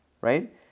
right